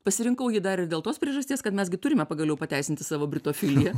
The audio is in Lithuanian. pasirinkau jį dar ir dėl tos priežasties kad mes gi turime pagaliau pateisinti savo britofiliją